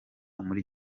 muri